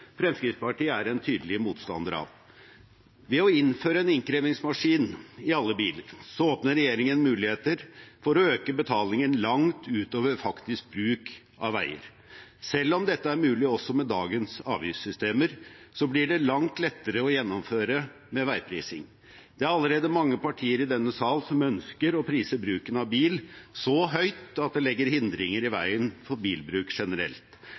Fremskrittspartiet er en tydelig motstander av. Ved å innføre en innkrevingsmaskin i alle biler åpner regjeringen muligheter for å øke betalingen langt utover faktisk bruk av veier. Selv om dette er mulig også med dagens avgiftssystemer, blir det langt lettere å gjennomføre med veiprising. Det er allerede mange partier i denne sal som ønsker å prise bruken av bil så høyt at det legger hindringer i veien for bilbruk generelt,